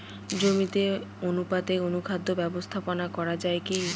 জমিতে অনুপাতে অনুখাদ্য ব্যবস্থাপনা করা য়ায় কি?